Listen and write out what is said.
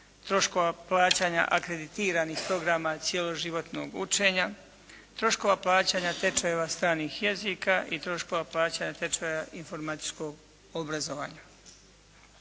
troškova plaćanja akreditiranih programa Cjeloživotnog učenja, troškova plaćanja tečajeva stranih jezika i troškova plaća tečaja informatičkog obrazovanja.